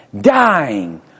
dying